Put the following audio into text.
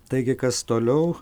taigi kas toliau